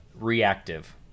reactive